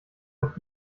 hat